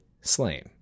slain